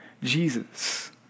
Jesus